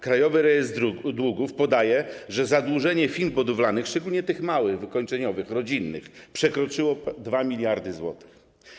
Krajowy Rejestr Długów podaje, że zadłużenie firm budowlanych, szczególnie tych małych, wykończeniowych, rodzinnych, przekroczyło 2 mld zł.